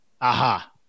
aha